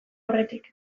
aurretik